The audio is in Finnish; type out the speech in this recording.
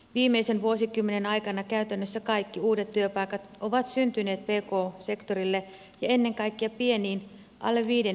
viimeisen vuosikymmenen aikana käytännössä kaikki uudet työpaikat ovat syntyneet pk sektorille ja ennen kaikkea pieniin alle viiden henkilön yrityksiin